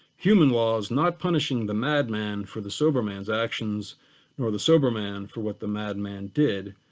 human laws not punishing the mad man for the sober man's actions and or the sober man for what the mad man did,